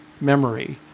memory